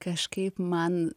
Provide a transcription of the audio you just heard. kažkaip man